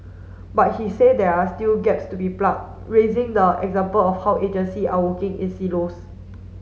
but he said there are still gaps to be plug raising the example of how agency are working in silos